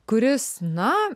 kuris na